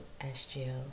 SGL